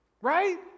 right